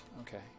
okay